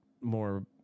more